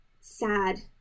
sad